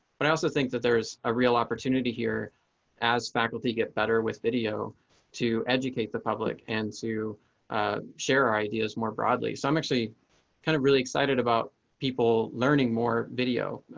but i also think that there's a real opportunity here as faculty get better with video to educate the public and to share ideas more broadly. so i'm actually kind of really excited about people learning more video.